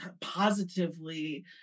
positively